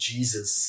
Jesus